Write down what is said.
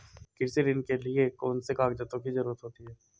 कृषि ऋण के लिऐ कौन से कागजातों की जरूरत होती है?